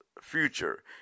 Future